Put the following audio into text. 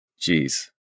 Jeez